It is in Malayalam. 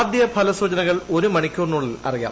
ആദ്യഫലസൂചനകൾ ഒരു മണിക്കൂറിനുള്ളിൽ അറിയാം